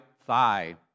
thigh